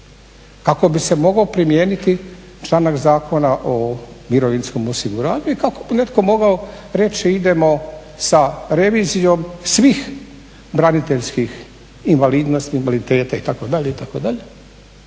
kako bi se mogao primijeniti članak Zakona o mirovinskom osiguranju i kako bi netko mogao reći idemo sa revizijom svih braniteljskih invalidnosti, invaliditeta itd., itd..